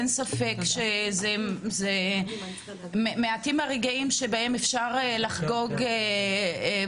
אין ספק שמעטים הם הרגעים שבהם אפשר לחגוג פתרונות,